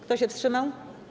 Kto się wstrzymał?